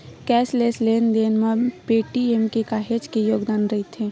cashless लेन देन म पेटीएम के काहेच के योगदान रईथ